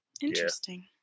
interesting